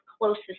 closest